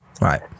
Right